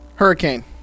Hurricane